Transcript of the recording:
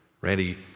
Randy